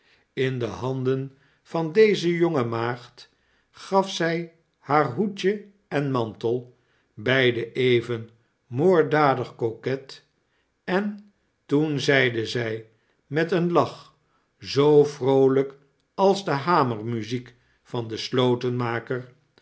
in de handen van deze jonge maagd gaf zij haar hoedje en mantel beide even moorddadig coquet en toen zeide zij met een lach zoo vroolijk als die hamermuziek van den